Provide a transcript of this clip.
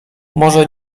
może